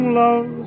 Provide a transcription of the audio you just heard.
love